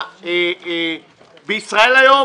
ב"ישראל היום",